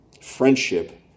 Friendship